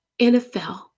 NFL